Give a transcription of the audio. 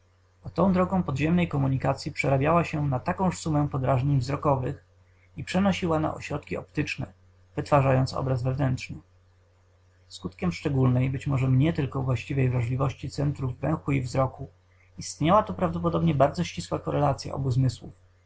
tą drogą podziemnej komunikacyi przerabiała się na takąż sumę podrażnień wzrokowych i przenosiła na ośrodki optyczne wytwarzając obraz wewnętrzny skutkiem szczególnej być może mnie tylko właściwej wrażliwości centrów węchu i wzroku istniała tu prawdopodobnie bardzo ścisła korelacya obu zmysłów